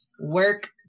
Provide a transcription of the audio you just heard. work